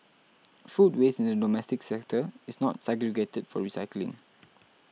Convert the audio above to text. food waste in the domestic sector is not segregated for recycling